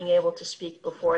ואפשר גם לגשר,